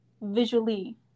visually